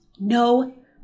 No